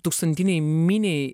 tūkstantinei miniai